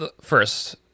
first